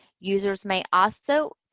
users may also